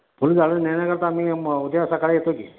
फुलझाडं नेण्याकरता आम्ही उद्या सकाळी येतो की